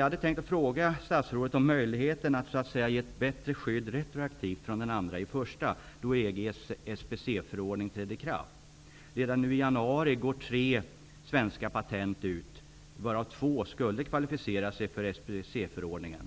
Jag hade tänkt fråga statsrådet om möjligheten att, så att säga, ge ett bättre skydd som skall gälla retroaktivt från den 2 januari, då EG:s SPC-förordning trädde i kraft. Redan nu i januari går tre svenska patent ut, varav två skulle kvalificera sig för SPC-förordningen.